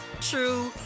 true